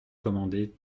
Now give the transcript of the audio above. commandée